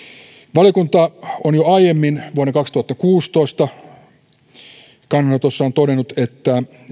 valiokunta on jo aiemmin vuonna kaksituhattakuusitoista kannanotossaan todennut että